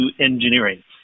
engineering